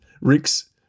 Rick's